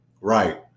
Right